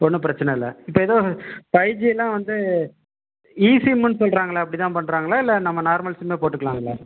ஒன்றும் பிரச்சனை இல்லை இப்போ ஏதோ ஒரு ஃபைவ் ஜிலாம் வந்து ஈசிம்முன்னு சொல்கிறாங்களே அப்படிதான் பண்ணுறாங்களா இல்லை நம்ம நார்மல் சிம்மே போட்டுக்கலாங்களா